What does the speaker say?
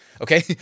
okay